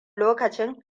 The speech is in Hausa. lokacin